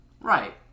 right